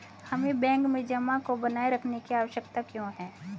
हमें बैंक में जमा को बनाए रखने की आवश्यकता क्यों है?